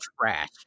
trash